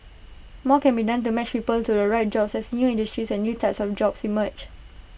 more can be done to match people to the right jobs as new industries and new types of jobs emerge